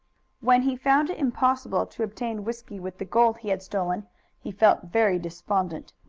when he found it impossible to obtain whisky with the gold he had stolen he felt very despondent.